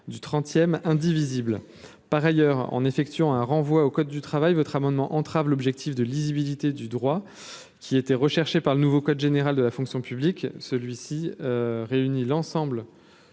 du 30ème indivisible, par ailleurs, en effectuant un renvoi au code du travail, votre amendement entrave l'objectif de lisibilité du droit qui était recherché par le nouveau code général de la fonction publique, celui-ci réunit l'ensemble,